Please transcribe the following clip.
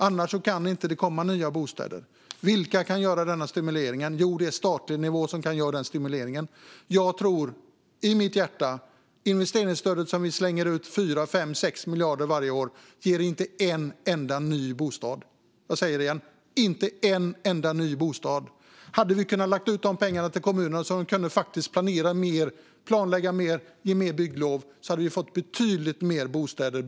Annars kan det inte komma några nya bostäder. Vilka kan göra denna stimulering? Jo, den kan göras på statlig nivå. Jag tror, i mitt hjärta, att investeringsstödet som vi slänger ut 4, 5 eller 6 miljarder på varje år inte leder till en enda ny bostad. Jag säger det igen: inte en enda ny bostad. Om vi hade kunnat lägga ut de pengarna till kommunerna, så att de hade kunnat planera mer, planlägga mer och ge fler bygglov, hade det byggts betydligt fler bostäder.